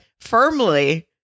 firmly